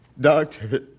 Doctor